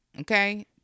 okay